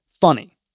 funny